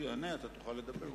הוא יענה, ואתה תוכל לדבר.